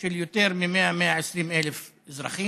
את האזרחות של יותר מ-100,000 120,000 אזרחים,